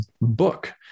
book